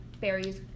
berries